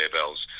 Bells